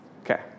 Okay